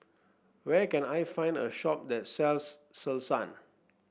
where can I find a shop that sells Selsun